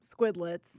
Squidlets